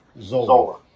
Zola